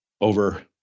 over